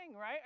right